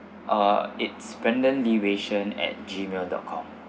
uh it's brendan lee wei shen at gmail dot com